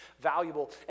valuable